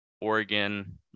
Oregon